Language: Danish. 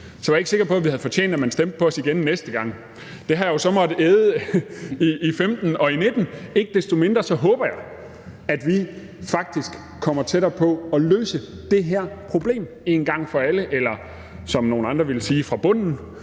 var jeg ikke sikker på, vi havde fortjent, at man stemte på os igen næste gang. Det har jeg så måttet æde i 2015 og i 2019. Ikke desto mindre håber jeg, at vi faktisk kommer tættere på at løse det her problem en gang for alle, eller som nogle andre ville sige: fra bunden